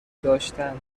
داشتند